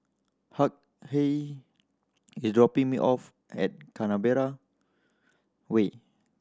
Hughey is dropping me off at Way